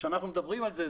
כשאנחנו מדברים על זה,